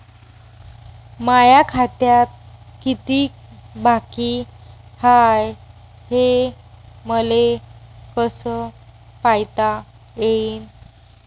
माया खात्यात कितीक बाकी हाय, हे मले कस पायता येईन?